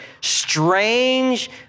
strange